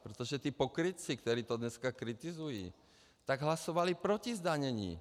Protože ti pokrytci, kteří to dneska kritizují, tak hlasovali proti zdanění.